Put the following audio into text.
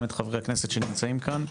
גם את חברי הכנסת שנמצאים כאן.